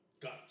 got